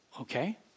Okay